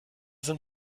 sind